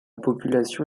population